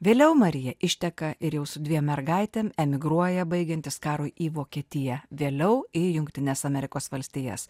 vėliau marija išteka ir jau su dviem mergaitėm emigruoja baigiantis karui į vokietiją vėliau į jungtines amerikos valstijas